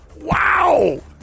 Wow